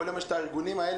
כל יום יש את הארגונים האלה.